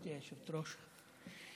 גברתי היושבת-ראש,